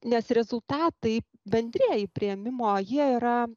nes rezultatai bendrieji priėmimo jie yra